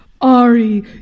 Ari